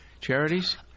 charities